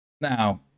Now